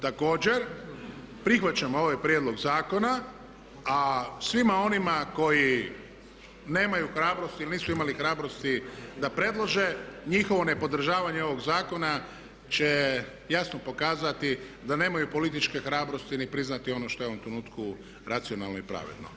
Također prihvaćamo ovaj prijedlog zakona, a svima onima koji nemaju hrabrosti ili nisu imali hrabrosti da predlože njihovo nepodržavanje ovog zakona će jasno pokazati da nemaju političke hrabrosti ni priznati ono što je u ovom trenutku racionalno i pravedno.